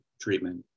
treatment